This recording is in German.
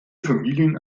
familien